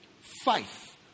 faith